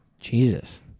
Jesus